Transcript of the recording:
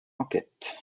enquête